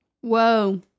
Whoa